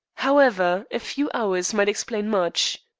however, a few hours might explain much.